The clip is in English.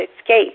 escape